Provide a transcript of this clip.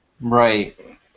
Right